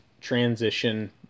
transition